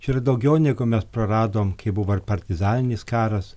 čia yra daugiau negu mes praradom kai buvo ir partizaninis karas